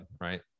right